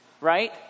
right